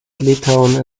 litauen